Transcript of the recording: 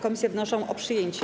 Komisje wnoszą o jej przyjęcie.